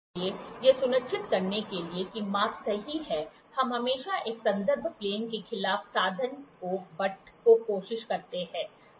इसलिए यह सुनिश्चित करने के लिए कि माप सही है हम हमेशा एक संदर्भ प्लेन के खिलाफ साधन को बटने की कोशिश करते हैं